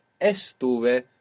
Estuve